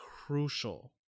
crucial